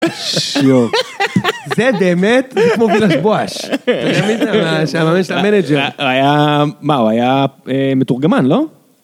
שיואו, זה באמת, זה כמו וילאש בואש. אתה תראה מזה, שהיה ממש למנג'ר. הוא היה, מה הוא היה מתורגמן, לא?